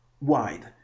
wide